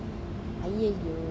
அய்யய்யோ:aiyaiyo